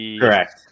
Correct